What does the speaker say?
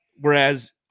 whereas